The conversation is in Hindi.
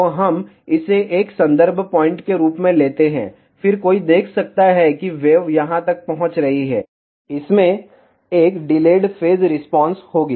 तो हम इसे एक संदर्भ पॉइंट के रूप में लेते हैं फिर कोई देख सकता है कि वेव यहां तक पहुंच रही है इसमें एक डिलेड फेज रिस्पांस होगी